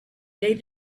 they